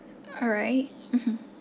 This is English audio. alright mmhmm